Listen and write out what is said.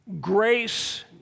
grace